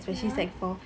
ya